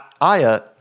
Aya